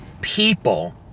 people